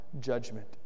Judgment